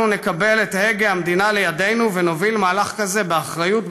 נקבל את הגה המדינה לידינו ונוביל מהלך כזה באחריות,